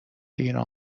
ایران